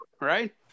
Right